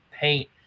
paint